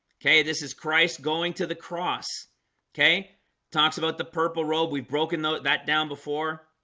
okay. this is christ going to the cross okay talks about the purple robe. we've broken ah that down before